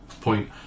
point